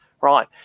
Right